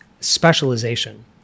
specialization